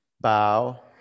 bow